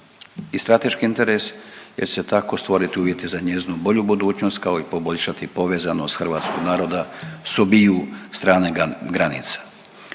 i strateški interes jer će se tako stvoriti uvjeti za njezinu bolju budućnost kao i poboljšati povezanost hrvatskog naroda s obiju strane granica.